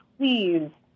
please